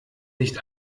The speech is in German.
nicht